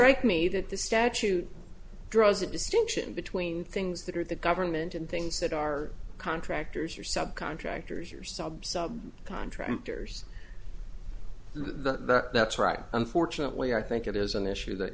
great me that the statute draws a distinction between things that are the government and things that are contractors or subcontractors your sub sub contractors that's right unfortunately i think it is an issue that